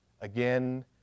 Again